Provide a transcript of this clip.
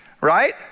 right